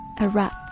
erupt